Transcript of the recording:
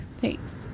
Thanks